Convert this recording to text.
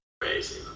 crazy